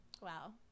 Wow